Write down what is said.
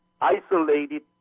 isolated